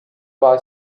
buy